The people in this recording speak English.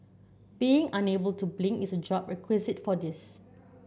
being unable to blink is a job requisite for this